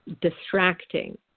distracting